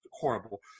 horrible